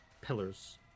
pillars